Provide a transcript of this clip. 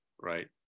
right